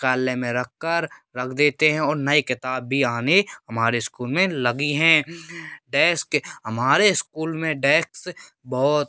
पुस्तकालय में रख कर रख देते हैं और नए किताब भी आने हमारे स्कूल में लगी हैं डेस्क हमारे स्कूल में डेक्स बहुत